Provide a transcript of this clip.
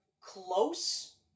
close